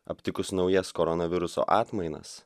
aptikus naujas koronaviruso atmainas